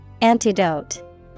Antidote